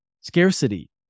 scarcity